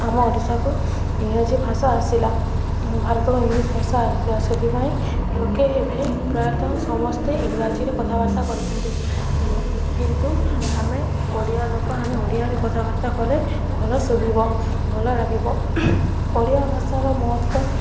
ଆମ ଓଡ଼ିଶାକୁ ଇଂରାଜୀ ଭାଷା ଆସିଲା ଭାରତକୁ ଇଂଲିଶ ଭାଷା ଆସିଲା ସେଥିପାଇଁ ଲୋକେ ଏବେ ପ୍ରାୟତଃ ସମସ୍ତେ ଇଂରାଜୀରେ କଥାବାର୍ତ୍ତା କରିଛନ୍ତି କିନ୍ତୁ ଆମେ ଓଡ଼ିଆ ଲୋକ ଆମେ ଓଡ଼ିଆରେ କଥାବାର୍ତ୍ତା କଲେ ଭଲ ଶୁଭିବ ଭଲ ଲାଗିବ ଓଡ଼ିଆ ଭାଷାର ମହତ୍ତ୍ୱ